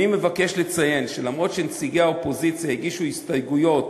אני מבקש לציין שלמרות שנציגי האופוזיציה הגישו הסתייגויות